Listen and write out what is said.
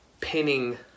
pinning